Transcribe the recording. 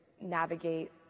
navigate